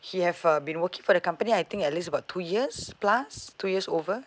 he have uh been working for the company I think at least about two years plus two years over